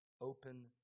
open